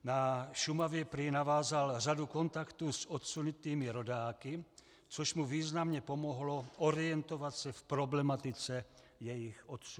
Na Šumavě prý navázal řadu kontaktů s odsunutými rodáky, což mu významně pomohlo orientovat se v problematice jejich odsunu.